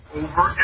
over